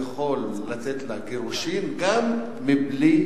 הם יכולים לתת לה גירושים גם מבלי